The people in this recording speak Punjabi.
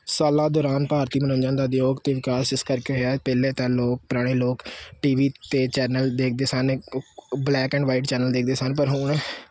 ਸਾਲਾਂ ਦੌਰਾਨ ਭਾਰਤੀ ਮਨੋਰੰਜਨ ਦਾ ਉਦਯੋਗ ਅਤੇ ਵਿਕਾਸ ਇਸ ਕਰਕੇ ਹੈ ਪਹਿਲੇ ਤਾਂ ਲੋਕ ਪੁਰਾਣੇ ਲੋਕ ਟੀ ਵੀ 'ਤੇ ਚੈਨਲ ਦੇਖਦੇ ਸਨ ਬਲੈਕ ਐਂਡ ਵਾਈਟ ਚੈਨਲ ਦੇਖਦੇ ਸਨ ਪਰ ਹੁਣ